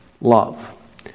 Love